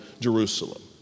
Jerusalem